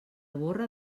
borra